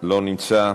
לא נמצא,